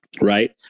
Right